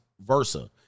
versa